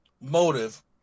motive